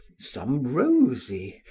some rosy,